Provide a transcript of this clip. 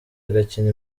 agakina